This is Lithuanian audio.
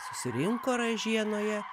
susirinko ražienoje